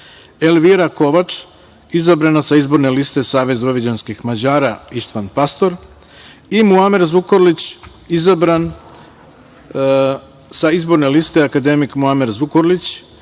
Elvira Kovač, izabrana sa Izborne liste Savez vojvođanskih Mađara - Ištvan Pastor i- Muamer Zukorlić, izabran sa Izborne liste Akademik Muamer Zukorlić